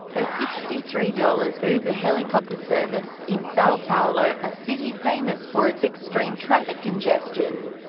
a sixty three dollars uber helicopter service, in sao paulo, a city famous for its extreme traffic congestion.